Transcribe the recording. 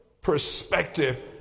perspective